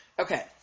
Okay